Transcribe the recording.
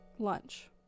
lunch